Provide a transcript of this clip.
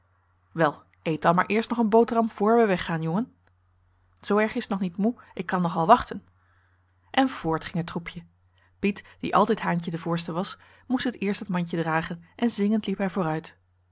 wel eet dan maar eerst nog een boterham vr we weg gaan jongen zoo erg is t nog niet moe ik kan nog wel wachten en voort ging het troepje piet die altijd haantje de voorste was moest het eerst het mandje dragen en zingend liep hij vooruit